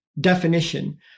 definition